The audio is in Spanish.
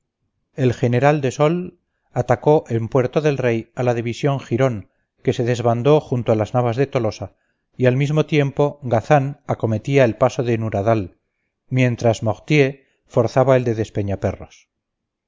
el general desolles atacó en puerto del rey a la división girón que se desbandó junto a las navas de tolosa y al mismo tiempo gazán acometía el paso de nuradal mientras mortier forzaba el